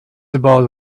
about